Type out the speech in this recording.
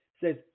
says